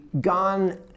gone